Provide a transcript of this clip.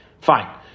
fine